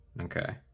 okay